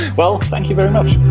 well, thank you very much.